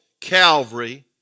Calvary